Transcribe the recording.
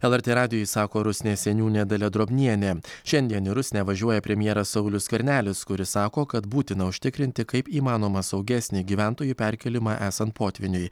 lrt radijui sako rusnės seniūnė dalia drobnienė šiandien į rusnę važiuoja premjeras saulius skvernelis kuris sako kad būtina užtikrinti kaip įmanoma saugesnį gyventojų perkėlimą esant potvyniui